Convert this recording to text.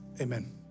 Amen